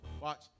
watch